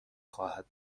خواهد